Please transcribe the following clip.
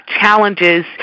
challenges